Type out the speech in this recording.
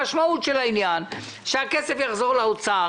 המשמעות של העניין - שהכסף יחזור לאוצר.